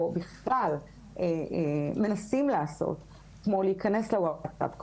או בכלל מנסים לעשות כמו להיכנס לוואטסאפ,